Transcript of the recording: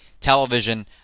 television